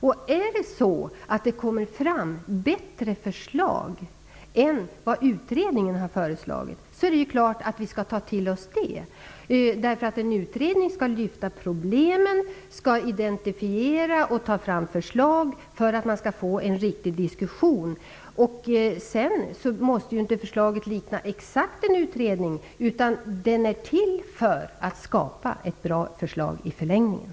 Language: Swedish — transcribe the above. Om det kommer fram bättre förslag än vad utredningen har kommit med, är det klart att vi skall ta till oss dem. En utredning skall identifiera problem, lyfta fram dem och ta fram förslag för att man skall få en riktig diskussion. Det slutliga förslaget måste inte vara exakt detsamma som utredningens. Utredningen är till för att skapa ett bra förslag i förlängningen.